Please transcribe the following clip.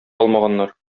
алмаганнар